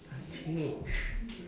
I changed